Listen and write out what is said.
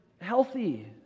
healthy